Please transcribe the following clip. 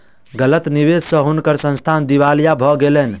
गलत निवेश स हुनकर संस्थान दिवालिया भ गेलैन